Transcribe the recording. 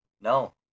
No